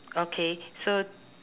okay so